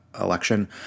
election